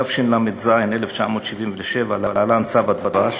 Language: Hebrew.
התשל"ז 1977, להלן: צו הדבש,